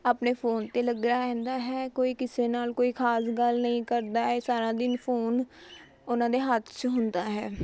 ਆਪਣੇ ਫੋਨ 'ਤੇ ਲੱਗਿਆ ਰਹਿੰਦਾ ਹੈ ਕੋਈ ਕਿਸੇ ਨਾਲ਼ ਕੋਈ ਖਾਸ ਗੱਲ ਨਹੀਂ ਕਰਦਾ ਏ ਸਾਰਾ ਦਿਨ ਫੋਨ ਉਨ੍ਹਾਂ ਦੇ ਹੱਥ 'ਚ ਹੁੰਦਾ ਹੈ